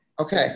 Okay